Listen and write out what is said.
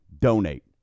donate